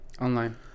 Online